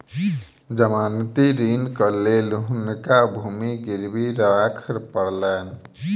जमानती ऋणक लेल हुनका भूमि गिरवी राख पड़लैन